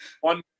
One